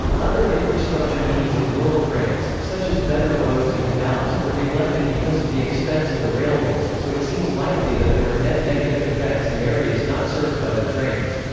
other infrastructure needs in rural france, such as better roads and canals, were neglected because of the expense of the railways, so it seems likely that there were net negative effects in areas not served by the trains.